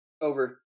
over